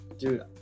Dude